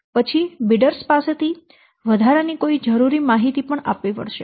પછી બોલીદારો પાસેથી વધારાની કોઈ જરૂરી માહિતી પણ આપવી પડશે